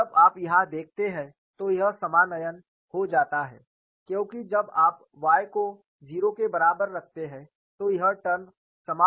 और जब आप यहां देखते हैं तो यह समानयन हो जाता है क्योंकि जब आप y को 0 के बराबर रखते हैं तो यह टर्म समाप्त हो जाता है